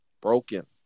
broken